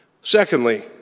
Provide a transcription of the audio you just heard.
Secondly